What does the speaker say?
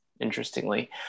Interestingly